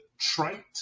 trite